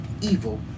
Evil